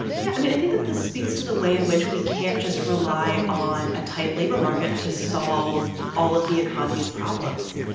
yeah. i mean, i think that this speaks to the way in which we can't just rely on a tight labor market to solve all of the economy's problems.